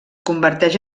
converteix